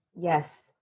Yes